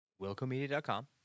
WilcoMedia.com